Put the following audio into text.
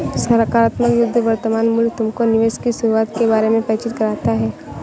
सकारात्मक शुद्ध वर्तमान मूल्य तुमको निवेश की शुद्धता के बारे में परिचित कराता है